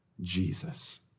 Jesus